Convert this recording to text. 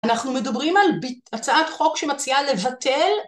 אנחנו מדברים על הצעת חוק שמציעה לבטל.